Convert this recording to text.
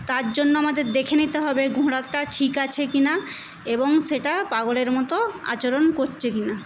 তার জন্য আমাদের দেখে নিতে হবে ঘোড়াটা ঠিক আছে কিনা এবং সেটা পাগলের মতো আচরণ করছে কিনা